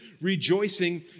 rejoicing